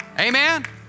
Amen